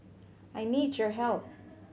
I need your help